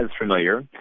familiar